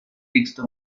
texto